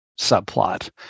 subplot